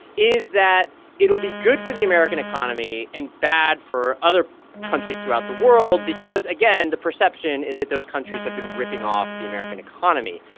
is that it'll be good for the american economy and bad for other countries throughout the world because again, the perception is that those countries have been ripping off the american economy.